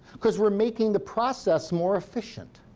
because we're making the process more efficient.